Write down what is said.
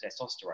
testosterone